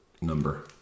number